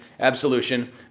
Absolution